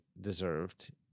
deserved